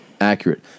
accurate